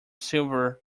silver